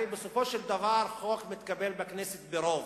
הרי בסופו של דבר חוק מתקבל בכנסת ברוב.